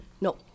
No